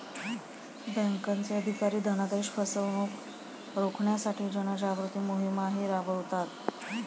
बँकांचे अधिकारी धनादेश फसवणुक रोखण्यासाठी जनजागृती मोहिमाही राबवतात